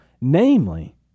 Namely